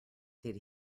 did